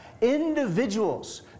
Individuals